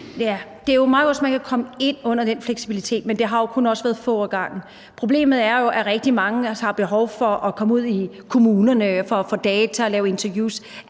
Det er jo meget godt, hvis man kan komme ind som følge af den fleksibilitet, men det har jo også kun været få ad gangen. Problemet er jo, at rigtig mange også har behov for at komme ud i kommunerne for at få data og lave interviews